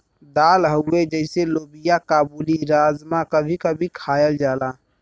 दाल हउवे जइसे लोबिआ काबुली, राजमा कभी कभी खायल जाला